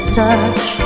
touch